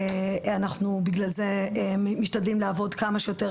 אנחנו בגלל זה משתדלים לעבוד כמה שיותר